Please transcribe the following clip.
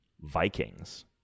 Vikings